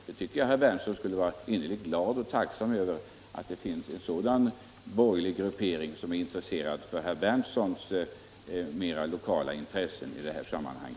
Jag tycker herr Berndtson skulle vara innerligt glad och tacksam över att det finns en borgerlig gruppering som är intresserad av herr Berndtsons mera lokala intressen i detta sammanhang.